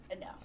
no